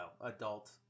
adult